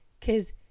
cause